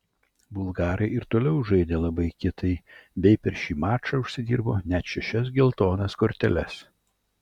bulgarai ir toliau žaidė labai kietai bei per šį mačą užsidirbo net šešias geltonas korteles